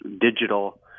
digital